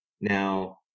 now